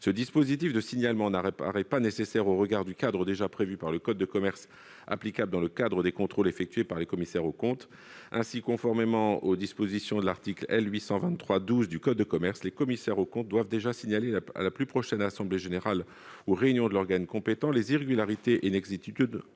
Ce dispositif de signalement n'apparaît pas nécessaire au regard du cadre déjà prévu par le code de commerce pour les contrôles effectués par les commissaires aux comptes. Ainsi, conformément aux dispositions de l'article L. 823-12 du code de commerce, les commissaires aux comptes doivent déjà signaler, lors de l'assemblée générale ou de la réunion de l'organe compétent la plus proche, les irrégularités et inexactitudes